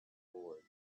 lord